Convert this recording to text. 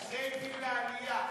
זה הביא לעלייה.